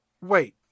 wait